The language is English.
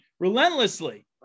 relentlessly